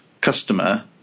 customer